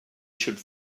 should